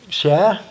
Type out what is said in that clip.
share